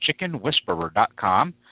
chickenwhisperer.com